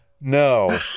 no